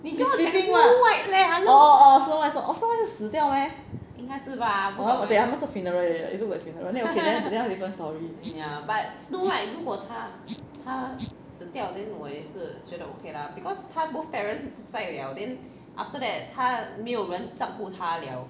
she's sleeping what orh orh snow white orh snow white 是死掉 meh ok 他们说 funeral look like funeral then ok 可能 different story